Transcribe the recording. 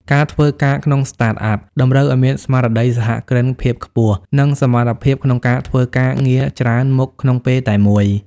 ការធ្វើការក្នុង Startup តម្រូវឱ្យមានស្មារតីសហគ្រិនភាពខ្ពស់ និងសមត្ថភាពក្នុងការធ្វើការងារច្រើនមុខក្នុងពេលតែមួយ។